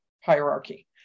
hierarchy